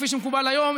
כפי שמקובל היום,